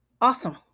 Awesome